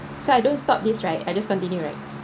so I don't stop this right I just continue right